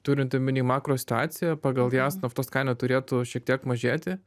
turint omeny makro situaciją pagal jas naftos kaina turėtų šiek tiek mažėti